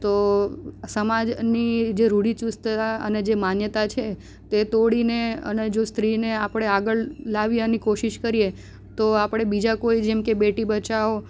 તો સમાજની જે રૂઢિચુસ્તતા અને જે માન્યતા છે તે તોડીને અને જો સ્ત્રીને આપણે આગળ લાવી અને કોશિશ કરીએ તો આપણે બીજા કોઈ જેમ કે બેટી બચાવો